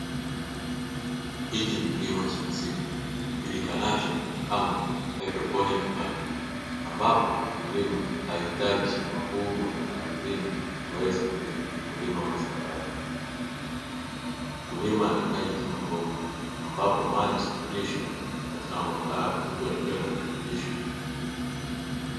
Hiki ni kilimo cha asili kijulikanacho kama haidroponiki 'farm' ambapo mkulima haitaji shamba kubwa ya ardhini kuweza kulima mazao yake. Mkulima anahitaji tu mabomba ambapo maji husafirishwa katika maboma hayo huku yakiwa na virutubisho.